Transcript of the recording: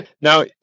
Now